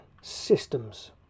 systems